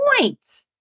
point